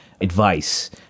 advice